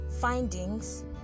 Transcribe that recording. findings